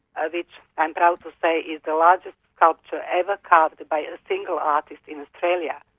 ah which i'm proud to say is the largest sculpture ever carved by a single artist in australia.